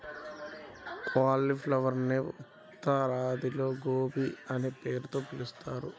క్యాలిఫ్లవరునే ఉత్తరాదిలో గోబీ అనే పేరుతో పిలుస్తారు